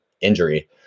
injury